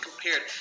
compared